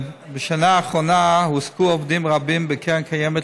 בשנה האחרונה הועסקו עובדים רבים בקרן קיימת